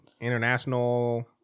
International